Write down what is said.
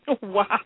Wow